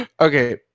okay